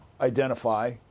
identify